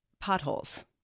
potholes